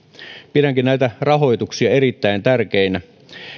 pidänkin näitä rahoituksia erittäin tärkeinä